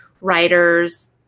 writers